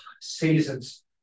seasons